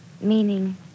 Meaning